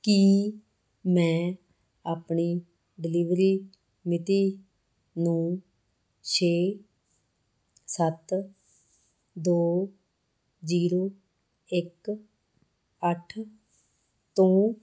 ਕੀ ਮੈਂ ਆਪਣੀ ਡਿਲੀਵਰੀ ਮਿਤੀ ਨੂੰ ਛੇ ਸੱਤ ਦੋ ਜ਼ੀਰੋ ਇੱਕ ਅੱਠ ਤੋਂ